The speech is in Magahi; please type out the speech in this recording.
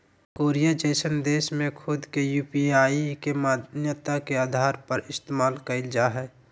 कोरिया जइसन देश में खुद के यू.पी.आई के मान्यता के आधार पर इस्तेमाल कईल जा हइ